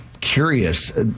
curious